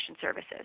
services